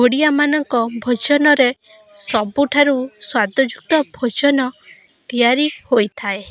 ଓଡ଼ିଆମାନଙ୍କ ଭୋଜନରେ ସବୁଠାରୁ ସ୍ୱାଦଯୁକ୍ତ ଭୋଜନ ତିଆରି ହୋଇଥାଏ